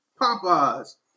Popeye's